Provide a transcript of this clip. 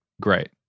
great